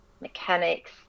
mechanics